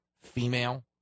female